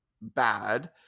bad